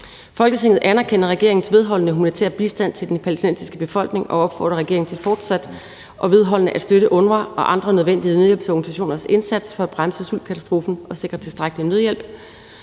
Folketinget anerkender regeringens vedholdende humanitære bistand til den palæstinensiske befolkning og opfordrer regeringen til fortsat og vedholdende at støtte UNRWA og andre nødvendige nødhjælpsorganisationers indsatser for at bremse sultkatastrofen og sikre tilstrækkelig nødhjælp.